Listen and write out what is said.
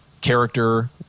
character